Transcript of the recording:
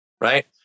Right